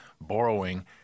borrowing